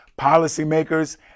policymakers